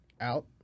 out